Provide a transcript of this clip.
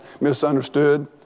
misunderstood